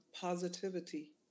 positivity